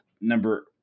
number